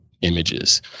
images